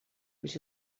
would